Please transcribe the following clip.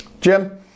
Jim